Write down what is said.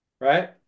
right